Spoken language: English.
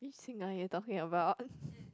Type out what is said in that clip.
which singer you talking about